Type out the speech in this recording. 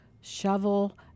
shovel